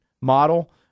model